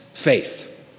faith